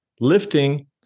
lifting